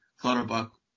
Clutterbuck